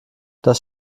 das